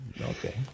okay